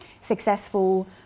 successful